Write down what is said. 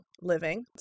living